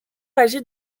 agit